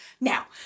Now